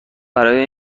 برای